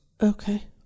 Okay